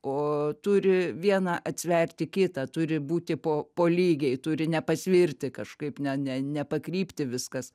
o turi viena atsverti kitą turi būti po po lygiai turi ne pasvirti kažkaip ne ne nepakrypti viskas